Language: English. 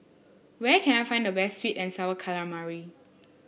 where can I find the best sweet and sour calamari